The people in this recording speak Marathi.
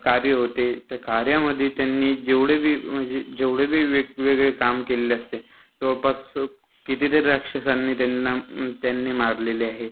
कार्य होते त्या कार्यामध्ये त्यांनी जेवढेबी म्हणजे जेवढेबी वेगवेगळे काम केलेले असतील जवळपास कितीतरी राक्षसांनी त्यांना त्यांनी मारलेले आहे